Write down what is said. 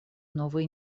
новой